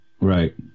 Right